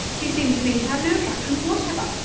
he seemed to me to have no attraction whatever,